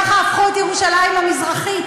ככה הפכו את ירושלים המזרחית.